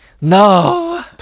No